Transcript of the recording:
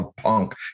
punk